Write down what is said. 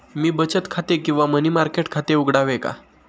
मी बचत खाते किंवा मनी मार्केट खाते उघडावे का?